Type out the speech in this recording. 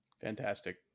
Fantastic